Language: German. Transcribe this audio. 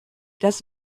das